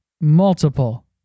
multiple